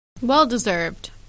Well-deserved